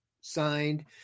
signed